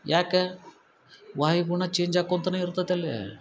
ಯಾಕೆ ವಾಯುಗುಣ ಚೇಂಜ್ ಆಕೊತನ ಇರ್ತದಲ್ಲಿ